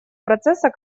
процесса